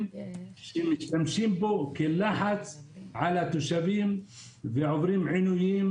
שמשתמשים בו כלחץ על התושבים שעוברים עינויים,